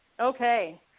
Okay